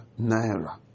naira